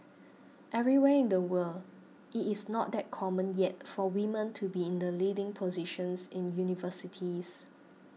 everywhere in the world it is not that common yet for women to be in the leading positions in universities